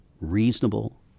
reasonable